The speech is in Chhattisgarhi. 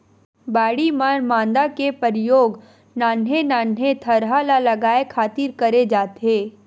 बाड़ी म मांदा के परियोग नान्हे नान्हे थरहा ल लगाय खातिर करे जाथे